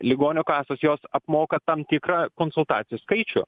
ligonių kasos jos apmoka tam tikrą konsultacijų skaičių